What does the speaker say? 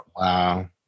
Wow